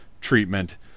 treatment